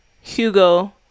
Hugo